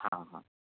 হ্যাঁ হ্যাঁ